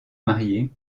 mariée